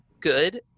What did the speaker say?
good